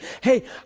hey